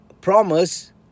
promise